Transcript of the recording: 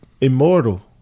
immortal